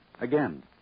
Again